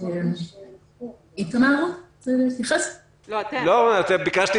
אני רק רוצה